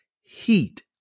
heat